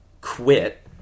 quit